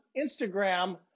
Instagram